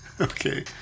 Okay